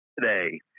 today